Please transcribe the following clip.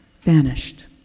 vanished